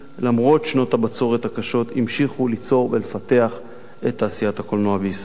ולמרות שנות הבצורת הקשות המשיכו ליצור ולפתח את תעשיית הקולנוע בישראל.